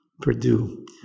Purdue